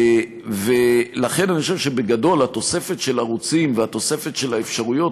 לכן אני חושב שבגדול התוספות של ערוצים והתוספת של האפשרויות,